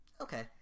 Okay